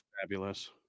fabulous